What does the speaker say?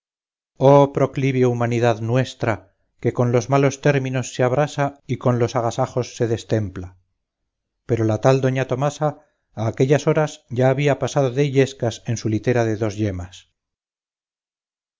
oh proclive humanidad nuestra que con los malos términos se abrasa y con los agasajos se destempla pero la tal doña tomasa a aquellas horas ya había pasado de illescas en su litera de dos yemas